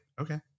okay